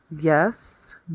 Yes